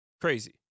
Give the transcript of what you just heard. crazy